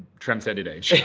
transcended age.